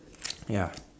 ya